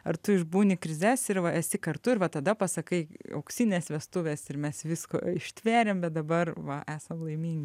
ar tu išbūni krizes ir va esi kartu ir va tada pasakai auksinės vestuvės ir mes viską ištvėrėe bet dabar va esam laimingi